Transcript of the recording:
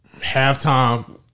Halftime